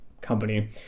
company